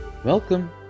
Welcome